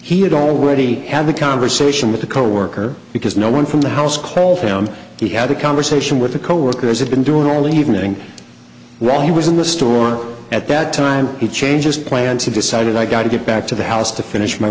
he had already had the conversation with the co worker because no one from the house call found he had a conversation with a coworker as had been doing all evening while he was in the store at that time he changes planned to decided i gotta get back to the house to finish my